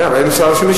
כן, אבל אין שר שמשיב.